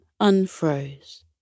unfroze